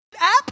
app